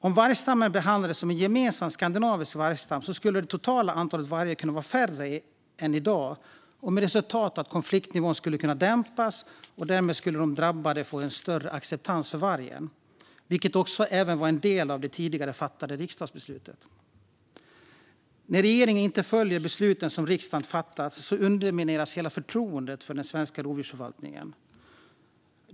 Om vargstammen behandlades som en gemensam skandinavisk vargstam skulle det totala antalet vargar kunna vara färre än i dag med resultatet att konflikten skulle kunna dämpas. Därmed skulle de drabbade få en större acceptans för vargen, vilket även var en del av det tidigare fattade riksdagsbeslutet. När regeringen inte följer besluten som riksdagen har fattat undermineras hela förtroendet för den svenska rovdjursförvaltningen.